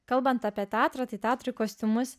kalbant apie teatrą tai teatrui kostiumus